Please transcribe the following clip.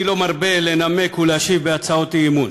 אני לא מרבה לנמק ולהשיב בהצעות אי-אמון.